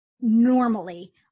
normally